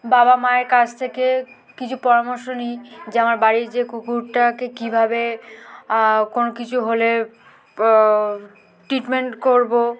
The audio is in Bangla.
বাবা মায়ের কাছ থেকে কিছু পরামর্শ নিই যে আমার বাড়ির যে কুকুরটাকে কীভাবে কোনো কিছু হলে ট্রিটমেন্ট করব